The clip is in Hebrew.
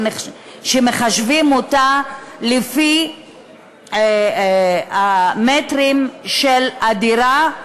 שמחשבים אותה לפי המטרים של הדירה,